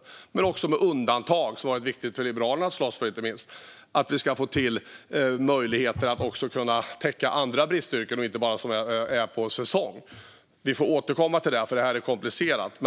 Det ska även kunna göras undantag, vilket har varit viktigt för Liberalerna att slåss för, så att vi ska få till möjligheter att täcka också andra bristyrken och inte bara sådana som är på säsong. Vi får återkomma till detta, för det är komplicerat.